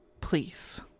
Please